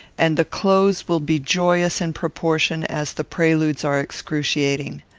and the close will be joyous in proportion as the preludes are excruciating.